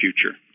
future